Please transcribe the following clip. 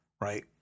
right